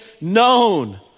known